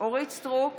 אורית מלכה